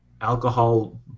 alcohol